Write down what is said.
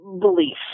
beliefs